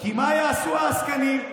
כי מה יעשו העסקנים,